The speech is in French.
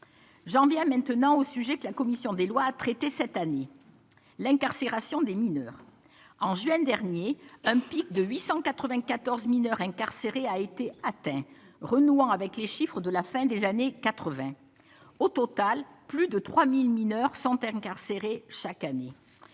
j'en viens maintenant au sujet que la commission des lois, cette année, l'incarcération des mineurs en juin dernier un pic de 894 mineurs incarcérés a été atteint, renouant avec les chiffres de la fin des années 80 au total plus de 3000 mineurs sont incarcérés, chaque année,